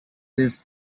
wheels